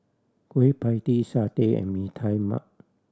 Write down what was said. Kueh Pie Tee satay and Mee Tai Mak